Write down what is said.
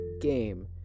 game